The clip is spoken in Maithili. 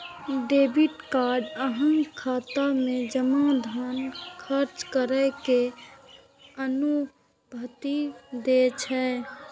डेबिट कार्ड अहांक खाता मे जमा धन खर्च करै के अनुमति दै छै